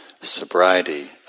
sobriety